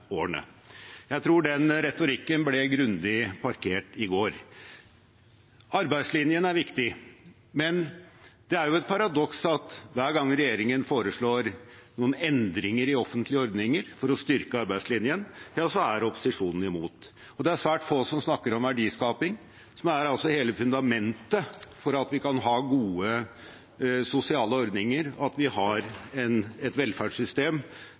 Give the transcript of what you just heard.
årene. Jeg tror den retorikken ble grundig parkert i går. Arbeidslinjen er viktig, men det er et paradoks at hver gang regjeringen foreslår endringer i offentlige ordninger for å styrke arbeidslinjen, så er opposisjonen imot. Det er svært få som snakker om verdiskaping, som er hele fundamentet for at vi kan ha gode sosiale ordninger, og at vi har et velferdssystem